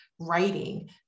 writing